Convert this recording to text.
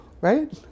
right